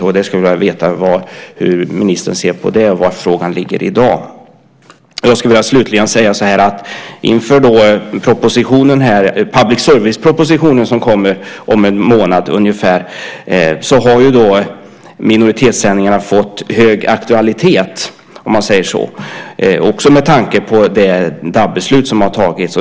Jag skulle vilja veta hur ministern ser på det och var frågan ligger i dag. Inför public service propositionen som kommer om ungefär en månad har minoritetssändningarna fått hög aktualitet, också med tanke på det DAB-beslut som har fattats.